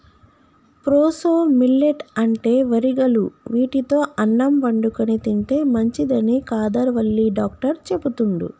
proso millet అంటే వరిగలు వీటితో అన్నం వండుకొని తింటే మంచిదని కాదర్ వల్లి డాక్టర్ చెపుతండు